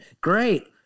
Great